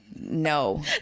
no